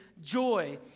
joy